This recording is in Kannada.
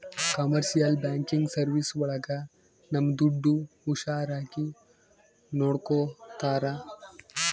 ಕಮರ್ಶಿಯಲ್ ಬ್ಯಾಂಕಿಂಗ್ ಸರ್ವೀಸ್ ಒಳಗ ನಮ್ ದುಡ್ಡು ಹುಷಾರಾಗಿ ನೋಡ್ಕೋತರ